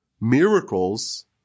miracles